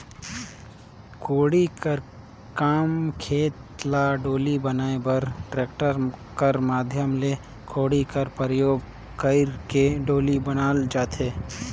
कोड़ी कर काम खेत ल डोली बनाए बर टेक्टर कर माध्यम ले कोड़ी कर परियोग कइर के डोली बनाल जाथे